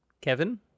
Kevin